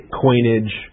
coinage